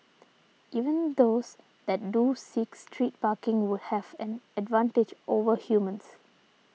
even those that do seek street parking would have an advantage over humans